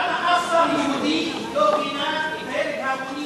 למה אף שר יהודי לא גינה את ההרג ההמוני